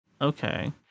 okay